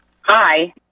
Hi